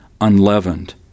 unleavened